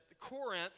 Corinth